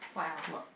what else